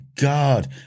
God